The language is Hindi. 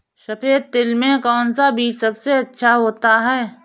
सफेद तिल में कौन सा बीज सबसे अच्छा होता है?